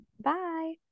bye